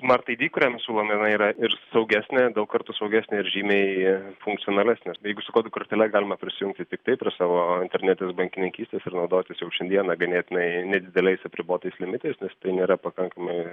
smart id kurią mes siūlome inai yra ir saugesnė ir daug kartų saugesnė ir žymiai funkcionalesės jeigu su kodų kortele galima prisijungti tiktai prie savo internetinės bankininkystės ir naudotis jau šiandieną ganėtinai nedideliais apribotos limitais nes tai nėra pakankamai